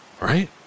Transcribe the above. right